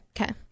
okay